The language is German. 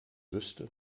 wüsste